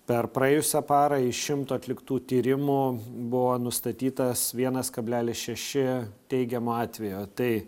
per praėjusią parą iš šimto atliktų tyrimų buvo nustatytas vienas kablelis šeši teigiamo atvejo tai